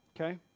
Okay